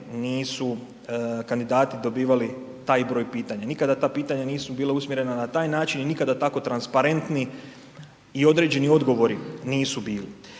nisu kandidati dobivali taj broj pitanja, nikada ta pitanja nisu bila usmjerena na taj način i nikada tako transparentni i određeni odgovori nisu bili.